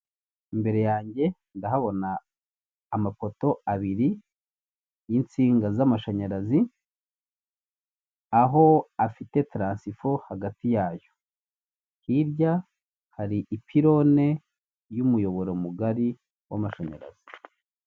Imbere yanjye ndahabona amafoto abiri y'insinga z'amashanyarazi, aho afite taransifo hagati yayo. Hirya hari ipirone y'umuyoboro mugari w'amashanyarazi.